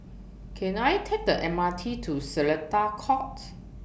Can I Take The M R T to Seletar Courts